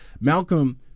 Malcolm